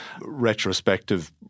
retrospective